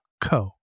co